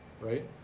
right